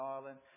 Ireland